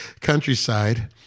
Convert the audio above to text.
countryside